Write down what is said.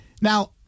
Now